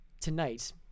tonight